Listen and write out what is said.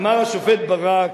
אמר השופט ברק,